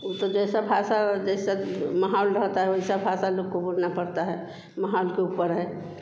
उ तो जैसी भाषा जैसा माहौल रहता है वैसी भाषा लोग को बोलना पड़ता है माहौल के ऊपर है